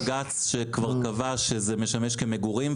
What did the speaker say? יש בג"ץ שכבר קבע שזה משמש כמגורים,